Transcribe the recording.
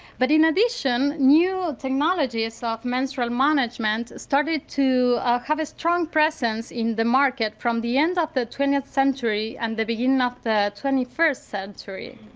but in addition new technologies ah of menstrual management started to have a strong presence in the market from the end of the twentieth century and the beginning of the twenty first century.